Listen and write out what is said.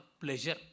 pleasure